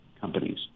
companies